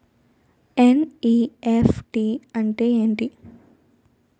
NEFT అంటే ఎంటి?